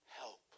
Help